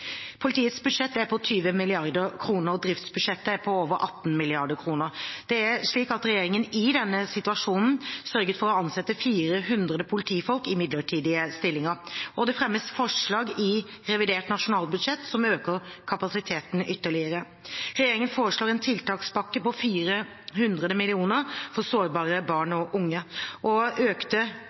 Politiets budsjett er på 20 mrd. kr og driftsbudsjettet på over 18 mrd. kr. Regjeringen har i denne situasjonen sørget for å ansette 400 politifolk i midlertidige stillinger, og det fremmes forslag i revidert nasjonalbudsjett som øker kapasiteten ytterligere. Regjeringen foreslår en tiltakspakke på 400 mill. kr for sårbare barn og unge. Økte